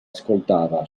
ascoltava